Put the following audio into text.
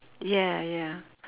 ya ya